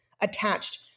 attached